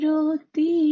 Roti